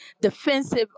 defensive